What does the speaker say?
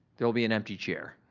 there'll be an empty chair,